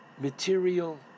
material